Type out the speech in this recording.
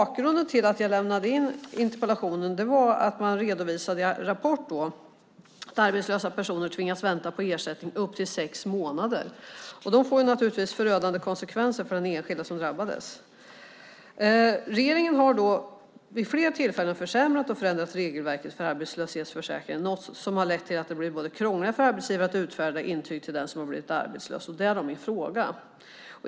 Bakgrunden till att jag lämnade in den var att man den 5 oktober i Rapport redovisade att arbetslösa personer tvingas vänta på ersättning upp till sex månader. Det får naturligtvis förödande konsekvenser för den enskilde som drabbas. Regeringen har vid flera tillfällen försämrat och förändrat regelverket för arbetslöshetsförsäkringen, något som har lett till att det har blivit krångligare för arbetsgivare att utfärda intyg till den som har blivit arbetslös, därav min fråga.